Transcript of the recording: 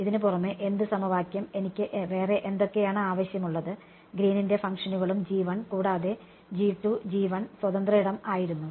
ഇതിന് പുറമേ എന്ത് സമവാക്യം എനിക്ക് വേറെ എന്തൊക്കെയാണ് ആവശ്യമുള്ളത് ഗ്രീനിന്റെ ഫംഗ്ഷനുകളും Green's function കൂടാതെ സ്വതന്ത്ര ഇടo ആയിരുന്നു